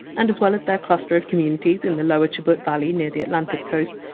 and as well as their cluster of communities in the lower chubut valley near the atlantic coast,